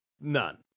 None